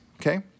okay